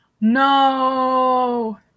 No